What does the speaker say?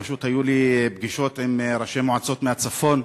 פשוט היו לי פגישות עם ראשי מועצות מהצפון,